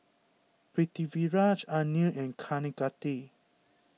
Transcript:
Pritiviraj Anil and Kaneganti